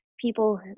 people